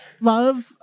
love